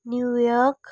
new York